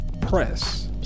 press